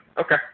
Okay